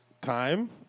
Time